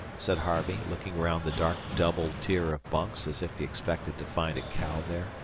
said harvey, looking round the dark double tier of bunks as if he expected to find a cow there